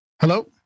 Hello